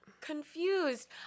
Confused